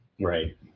right